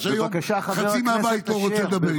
שהיום חצי מהבית לא רוצה לדבר איתך.